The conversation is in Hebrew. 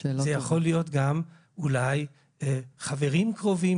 זה יכול להיות גם אולי חברים קרובים